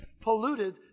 polluted